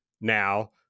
now